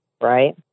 right